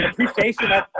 appreciation